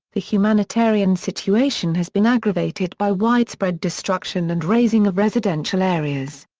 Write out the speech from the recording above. the humanitarian situation has been aggravated by widespread destruction and razing of residential areas.